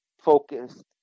focused